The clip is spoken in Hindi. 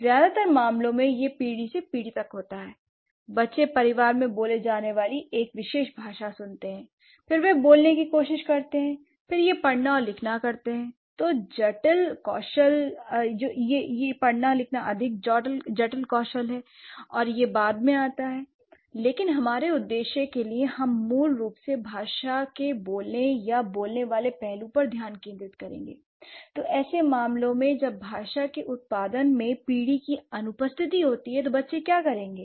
ज्यादातर मामलों में यह पीढ़ी से पीढ़ी तक होता है lबच्चे परिवार में बोले जाने वाली एक विशेष भाषा सुनते हैं फिर वह बोलने की कोशिश करते हैं फिर यह पढ़ना और लिखना करते हैं जो अधिक जटिल कौशल है और यह बाद में आती है l लेकिन हमारे उद्देश्य के लिए हम मूल रूप से भाषा के बोलने या बोलने वाले पहलू पर ध्यान केंद्रित करेंगे l तो ऐसे मामलों में जब भाषा के उत्पादन में पीढ़ी की अनुपस्थिति होती है तो बच्चे क्या करेंगे